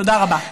תודה רבה.